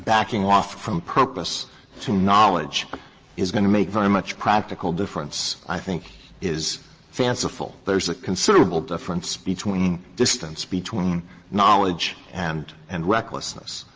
backing off from purpose to knowledge is going to make very much practical difference, i think is fanciful. there is a considerable difference between distance between knowledge and and recklessness.